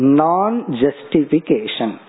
non-justification